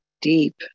deep